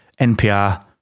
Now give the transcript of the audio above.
NPR